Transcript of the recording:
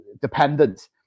dependent